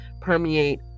permeate